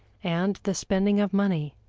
and the spending of money,